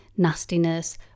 nastiness